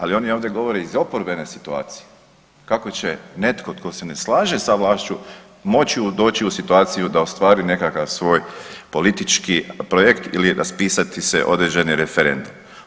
Ali oni ovdje govore iz oporbene situacije kako će netko tko se ne slaže sa vlašću moći doći u situaciju da ostvari nekakav svoj politički projekt ili raspisati se određeni referendum.